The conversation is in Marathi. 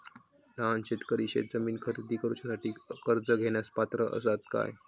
लहान शेतकरी शेतजमीन खरेदी करुच्यासाठी कर्ज घेण्यास पात्र असात काय?